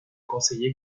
conseiller